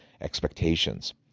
expectations